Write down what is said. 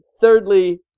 Thirdly